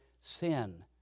sin